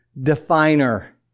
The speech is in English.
definer